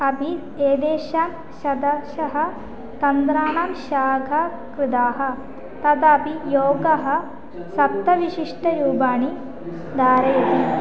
अपि एतेषां शतशः तन्त्राणां शाखाः कृताः तदापि योगः सप्तविशिष्टरूपाणि धारयति